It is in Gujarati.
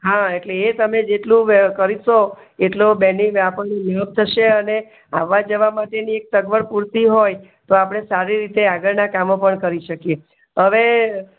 હા એટલે એ તમે જેટલું વહેલું કરશો એટલું બેનીફીટ થશે આપણને થશે અને આવવા જવા માટેની એક સગવડ પૂરતી હોય તો આપણે સારી રીતે આગળના કામો પણ કરી શકીએ હવે